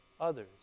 others